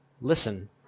Listen